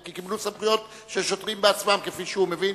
הם קיבלו סמכויות של שוטרים בעצמם, כפי שהוא מבין.